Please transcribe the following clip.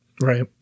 Right